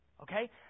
Okay